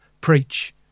preach